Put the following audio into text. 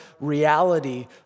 reality